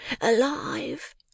alive